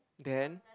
then